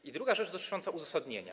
I druga rzecz dotycząca uzasadnienia.